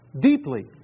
deeply